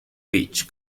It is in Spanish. beach